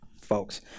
folks